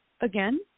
again